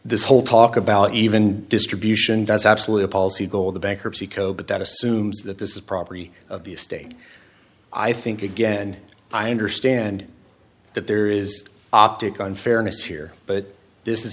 this whole talk about even distribution that's absolutely a policy goal of the bankruptcy code but that assumes that this is a property of the state i think again i understand that there is optic unfairness here but this is